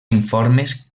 informes